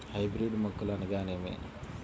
Hybrid మొక్కలు అనగానేమి?